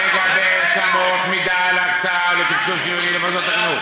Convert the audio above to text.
לגבש אמות מידה להקצאה ולתקצוב שוויוניים למוסדות החינוך